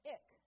Ick